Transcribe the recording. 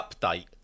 update